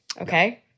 Okay